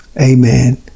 Amen